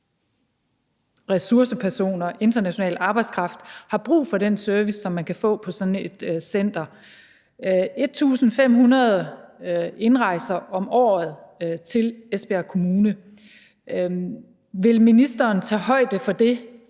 ressourcepersoner, international arbejdskraft, har brug for den service, som man kan få på sådan et center. 1.500 personer indrejser om året til Esbjerg Kommune. Vil ministeren tage højde for det,